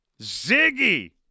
Ziggy